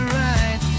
right